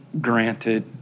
granted